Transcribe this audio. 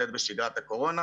האלה.